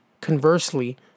Conversely